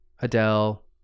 Adele